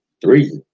Three